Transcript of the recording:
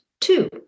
two